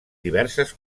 diverses